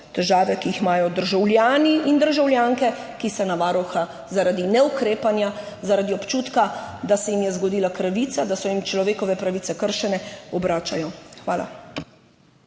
težave, ki jih imajo državljani in državljanke, ki se obračajo na Varuha zaradi neukrepanja, zaradi občutka, da se jim je zgodila krivica, da se jim človekove pravice kršene. Hvala.